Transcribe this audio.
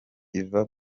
yvan